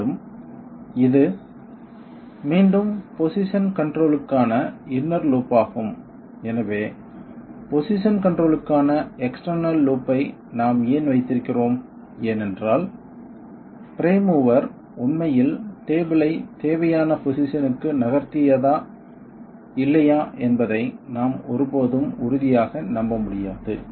மேலும் இது மீண்டும் பொசிஷன் கன்ட்ரோல்க்கான இன்னர் லூப் ஆகும் எனவே பொசிஷன் கன்ட்ரோல்க்கான எக்ஸ்டெர்னல் லூப் ஐ நாம் ஏன் வைத்திருக்கிறோம் ஏனென்றால் பிரைம் மூவர் உண்மையில் டேபிள் ஐ தேவையான பொசிஷன்க்கு நகர்த்தியதா இல்லையா என்பதை நாம் ஒருபோதும் உறுதியாக நம்ப முடியாது